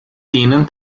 denen